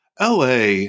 LA